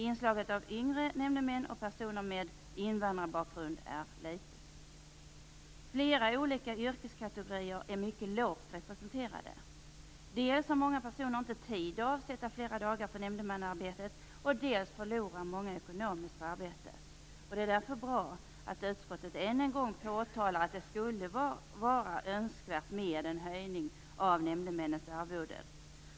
Inslaget av yngre nämndemän och personer med invandrarbakgrund är litet. Flera olika yrkeskategorier är mycket lågt representerade. Dels har många personer inte tid att avsätta flera dagar för nämndemannaarbetet. Dels förlorar många ekonomiskt på arbetet. Det är därför bra att utskottet än en gång påtalar att det skulle vara önskvärt med en höjning av nämndemännens arvoden.